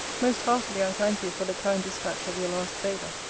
most heartily i thank you for the kind dispatch of your last favour.